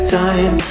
time